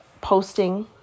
posting